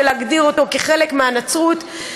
להגדיר אותו כחלק מהנצרות,